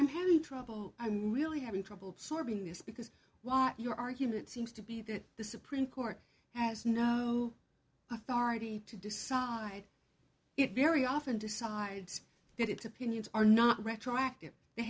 i'm having trouble i'm really having trouble sorting this because while your argument seems to be that the supreme court has no authority to decide it very often decides that its opinions are not retroactive they